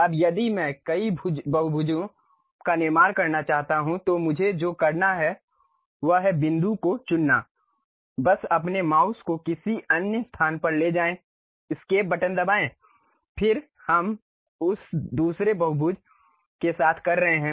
अब यदि मैं कई बहुभुजों का निर्माण करना चाहता हूं तो मुझे जो करना है वह है बिंदु को चुनना बस अपने माउस को किसी अन्य स्थान पर ले जाएं एस्केप बटन दबाएं फिर हम उस दूसरे बहुभुज के साथ कर रहे हैं